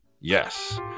Yes